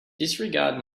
disregard